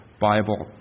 Bible